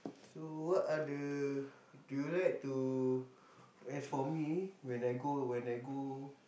so what other do you like to as for me when I go when I go